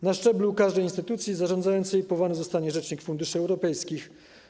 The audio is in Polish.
Na szczeblu każdej instytucji zarządzającej powołany zostanie rzecznik funduszy europejskich.